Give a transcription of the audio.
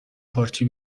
پارتی